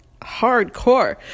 hardcore